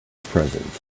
presence